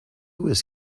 was